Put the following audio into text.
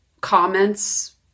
comments